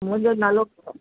मुंहिंजो नालो